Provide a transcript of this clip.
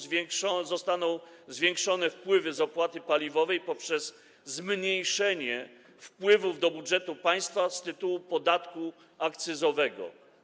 Zostaną zwiększone wpływy z opłaty paliwowej poprzez zmniejszenie wpływów do budżetu państwa z tytułu podatku akcyzowego.